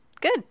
good